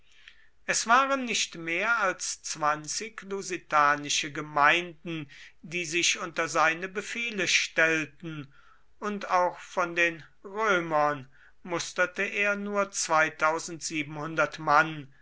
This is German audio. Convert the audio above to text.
es waren nicht mehr als zwanzig lusitanische gemeinden die sich unter seine befehle stellten und auch von römern musterte er nur mann